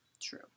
True